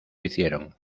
hicieron